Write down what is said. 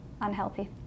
unhealthy